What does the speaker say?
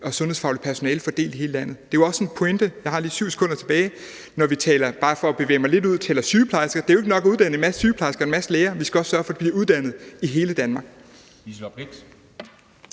får sundhedsfagligt personale fordelt i helt landet. Det er jo også en pointe – jeg har lige 7 sekunder tilbage, og det er bare for at bevæge mig lidt længere ud – når vi taler sygeplejersker. Det er jo ikke nok at uddanne en masse sygeplejersker og en masse læger. Vi skal også sørge for, at de bliver uddannet i hele Danmark.